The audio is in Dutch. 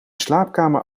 slaapkamer